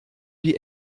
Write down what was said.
die